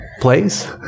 place